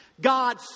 God